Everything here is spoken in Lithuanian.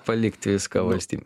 palikti viską valstybei